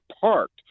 parked